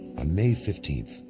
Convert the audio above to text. on may fifteenth,